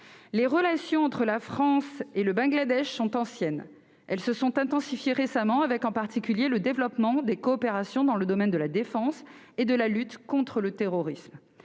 Les relations entre la France et le Bangladesh sont anciennes ; elles se sont intensifiées récemment avec, en particulier, le développement de coopérations dans le domaine de la défense et de la lutte contre le terrorisme.